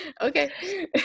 Okay